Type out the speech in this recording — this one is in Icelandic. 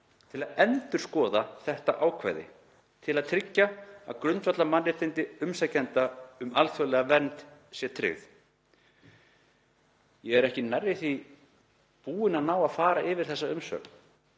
til að endurskoða þetta ákvæði til að tryggja að grundvallarmannréttindi umsækjenda um alþjóðlega vernd séu tryggð.“ Ég er ekki nærri því búinn að ná að fara yfir þessa umsögn